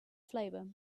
flavor